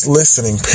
listening